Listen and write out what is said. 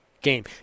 game